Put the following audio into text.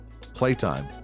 Playtime